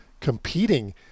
competing